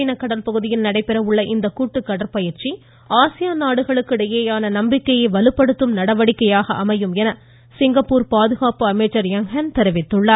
தென் சீனக் கடல்பகுதியில் நடைபெறும் இந்த கூட்டு கடற்பயிற்சி ஆசியான் நாடுகளுக்கு இடையேயான நம்பிக்கையை வலுப்படுத்தும் நடவடிக்கையாக அமையும் என சிங்கப்பூர் பாதுகாப்பு அமைச்சர் யங்ஹென் தெரிவித்துள்ளார்